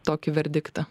tokį verdiktą